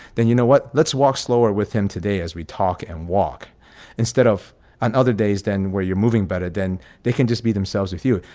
then you know what? let's walk slower with him today as we talk and walk instead of on other days. then where you're moving better, then they can just be themselves with you.